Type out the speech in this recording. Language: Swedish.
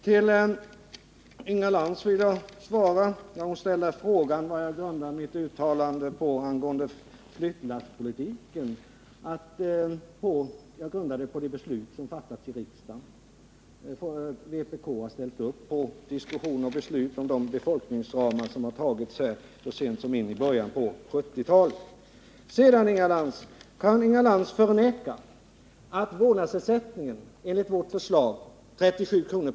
När Inga Lantz ställer en fråga med anledning av mitt uttalande om flyttlasspolitiken vill jag svara att jag grundar detta på det beslut som fattats av riksdagen, bakom vilket vpk ställde upp i diskussioner och beslut så sent som i början på 1970-talet. Kan Inga Lantz förneka att vårdnadsersättningen enligt vårt förslag, 37 kr.